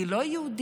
מי לא יהודי,